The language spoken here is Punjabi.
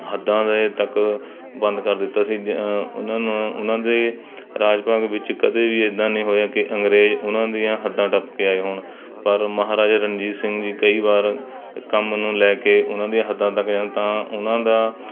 ਹੱਦਾਂ ਦੇ ਤੱਕ ਬੰਦ ਕਰ ਦਿੱਤਾ ਸੀ ਜ ਉਹਨਾਂ ਨੂੰ ਉਹਨਾਂ ਦੇ ਰਾਜ ਭਾਗ ਵਿੱਚ ਕਦੇ ਵੀ ਇੱਦਾਂ ਨਹੀਂ ਹੋਇਆ ਕਿ ਅੰਗਰੇਜ਼ ਉਹਨਾਂ ਦੀਆਂ ਹੱਦਾਂ ਟੱਪ ਕੇ ਆਏ ਹੋਣ ਪਰ ਮਹਾਰਾਜਾ ਰਣਜੀਤ ਸਿੰਘ ਜੀ ਕਈ ਵਾਰ ਕੰਮ ਨੂੰ ਲੈ ਕੇ ਉਹਨਾਂ ਦੀਆਂ ਹੱਦਾਂ ਤੱਕ ਜਾਣ ਤਾਂ ਉਹਨਾਂ ਦਾ